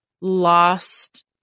lost